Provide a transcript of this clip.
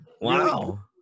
Wow